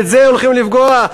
בזה הולכים לפגוע?